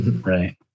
Right